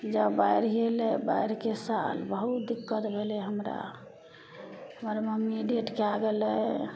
अयजाँ बाढ़ि अयलय बाढ़िके साल बहुत दिक्कत भेलय हमरा हमर मम्मी डेड कए गेलय